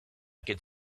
could